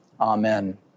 amen